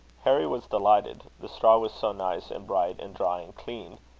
harry was delighted the straw was so nice, and bright, and dry, and clean.